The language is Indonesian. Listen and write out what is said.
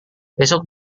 besok